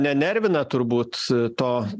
nenervina turbūt to